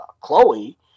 Chloe